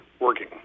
working